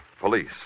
police